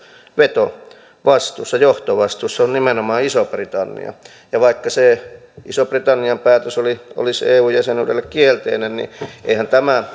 vetovastuussa johtovastuussa on nimenomaan iso britannia ja vaikka se ison britannian päätös eu jäsenyydestä olisi kielteinen niin eihän tämä